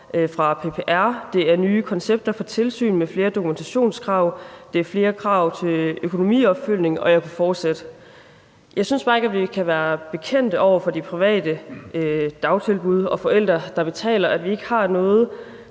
fra PPR, nye koncepter for tilsyn med flere dokumentationskrav, flere krav til økonomiopfølgning, og jeg kunne fortsætte. Jeg synes bare ikke, vi kan være bekendt over for de private dagtilbud og de forældre, der betaler, at vi ikke har noget,